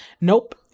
Nope